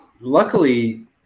luckily